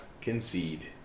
concede